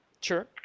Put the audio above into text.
Sure